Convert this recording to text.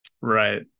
right